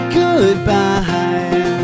goodbye